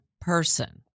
person